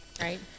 right